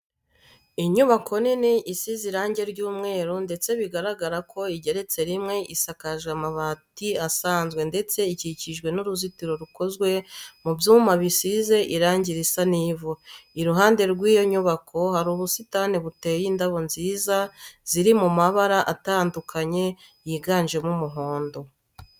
Inyubako nini isize irange ry'umweru ndetse bigaragara ko igeretse rimwe, isakajwe amabati asanzwe ndetse ikikijwe n'uruzitiro rukozwe mu byuma bisize irange risa n'ivu. Iruhande rw'iyo nyubako hari ubusitani buteyemo indabo nziza xiri mu mabara atandukanye yiganjemo umuhondo.